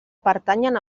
pertanyen